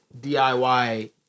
DIY